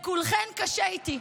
לכולכן קשה איתי.